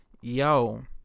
yo